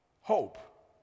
hope